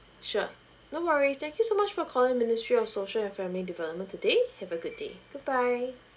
sure no worry thank you so much for calling ministry of social and family development today have a good day goodbye